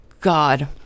God